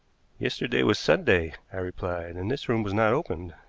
yesterday was sunday, i replied, and this room was not opened.